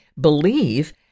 believe